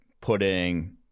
putting